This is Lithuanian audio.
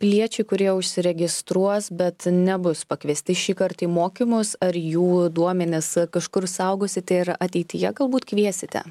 piliečiai kurie užsiregistruos bet nebus pakviesti šįkart į mokymus ar jų duomenis kažkur saugosite ir ateityje galbūt kviesite